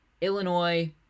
Illinois